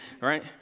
right